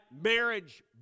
marriage